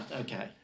okay